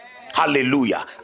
Hallelujah